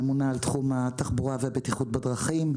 ממונה על תחום התחבורה והבטיחות בדרכים.